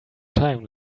time